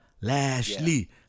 Lashley